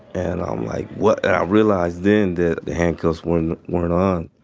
and i'm like, what? i realized then that the handcuffs when weren't on.